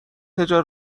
دنیای